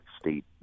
state